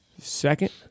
Second